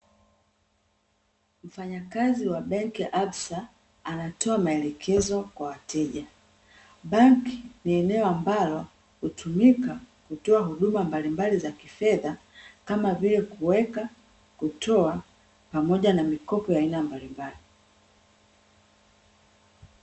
Mfanyakazi wa benki ya Absa anatoa maelekezo kwa wateja, benki ni eneo ambalo hutumika kutoa huduma mbalimbali za kifedha kama vile kuweka, kutoa pamoja na mikopo ya aina mbalimbali.